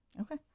Okay